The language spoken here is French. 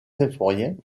symphorien